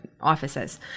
offices